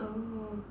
oh